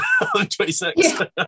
26